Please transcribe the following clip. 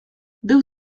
był